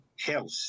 health